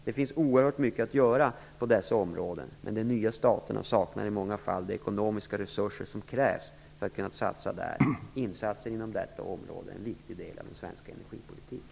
Det finns oerhört mycket att göra på dessa områden, men de nya staterna saknar i många fall de ekonomiska resurser som krävs för att kunna satsa där. Insatser inom detta område är en viktig del av den svenska energipolitiken.